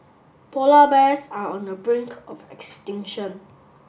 polar bears are on the brink of extinction